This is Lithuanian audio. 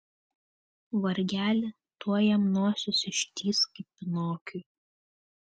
vargeli tuoj jam nosis ištįs kaip pinokiui